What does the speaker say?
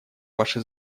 ваше